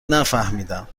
نفهمیدم